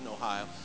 Ohio